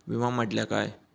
विमा म्हटल्या काय?